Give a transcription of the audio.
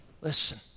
Listen